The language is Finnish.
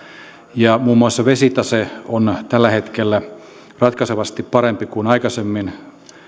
ja muun muassa vesitase on tällä hetkellä ratkaisevasti parempi kuin aikaisemmin